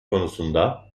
konusunda